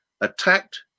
attacked